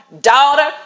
daughter